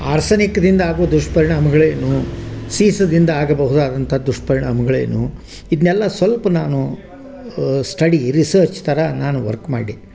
ಆರ್ಸನಿಕ್ದಿಂದಾಗುವ ದುಷ್ಪರಿಣಾಮಗಳೇನು ಸೀಸದಿಂದ ಆಗಬಹುದಾದಂಥ ದುಷ್ಪರಿಣಾಮಗಳೇನು ಇದನ್ನೆಲ್ಲ ಸಲ್ಪ ನಾನು ಸ್ಟಡಿ ರಿಸರ್ಚ್ ಥರ ನಾನು ವರ್ಕ್ ಮಾಡಿ